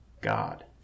God